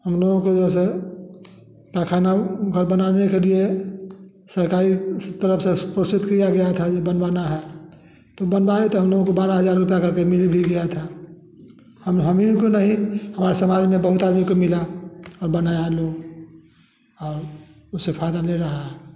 हम लोगों को जैसे पैखाना घर बनाने के लिए सरकारी तरफ़ से घोषित किया गया था ये बनवाना है तो बनवाए थे हम लोगों को बारह हज़ार रुपया करके मिल भी गया था हम हम ही लोग को नहीं हमारे समाज में बहुत आदमी को मिला और बनाया लोग और उससे फ़ायदा ले रहा है